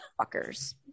Fuckers